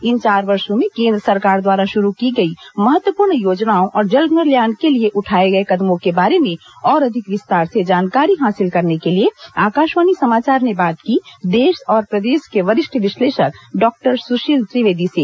इन चार वर्षो में केंद्र सरकार द्वारा शुरू की गई महत्वपूर्ण योजनाओं और जनकल्याण के लिए उठाए गए कदमों के बारे में और अधिक विस्तार से जानकारी हासिल करने के लिए आकाशवाणी समाचार ने बात की देश और प्रदेश के वरिष्ठ विश्लेषक डॉक्टर सुशील त्रिवेदी से